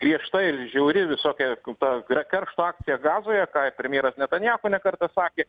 griežta ir žiauri visokia ta kre keršto akcija gazoje ką ir premjeras netanjahu ne kartą sakė